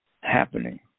happening